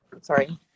sorry